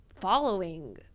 following